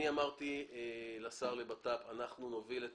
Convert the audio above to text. אני אמרתי לשר לביטחון פנים שאנחנו נוביל את